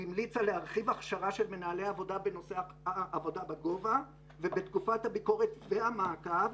להרחיב הכשרה של מנהלי עבודה בנושא העבודה בגובה ובתקופת הביקורת והמעקב